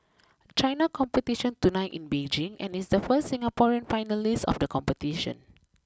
China competition tonight in Beijing and is the first Singaporean finalist of the competition